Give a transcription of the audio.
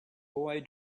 boy